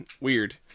weird